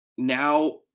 Now